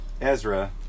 Ezra